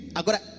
agora